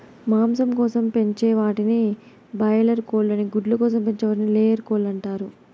మాంసం కోసం పెంచే వాటిని బాయిలార్ కోళ్ళు అని గుడ్ల కోసం పెంచే వాటిని లేయర్ కోళ్ళు అంటారు